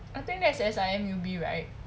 I think that's S_I_M U_B right